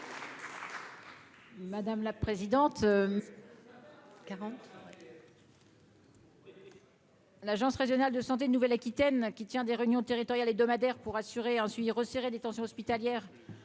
Madame la présidente qu'avant. L'Agence Régionale de Santé de Nouvelle-Aquitaine qui tient des réunions territoriale hebdomadaires pour assurer un suivi resserré détention hospitalière